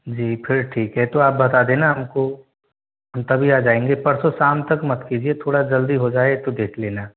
जी फिर ठीक है तो आप बता देना हमको हम तभी आ जाएंगे परसों शाम तक मत कीजिए थोड़ा जल्दी हो जाए तो देख लेना